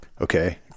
okay